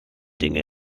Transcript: dinge